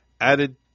added